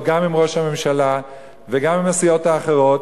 גם עם ראש הממשלה וגם עם הסיעות האחרות,